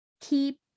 keep